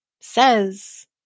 says